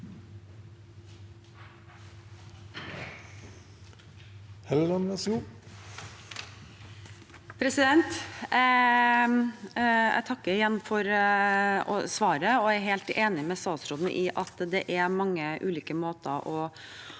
Jeg takker igjen for svaret. Jeg er helt enig med statsråden i at det er mange ulike måter å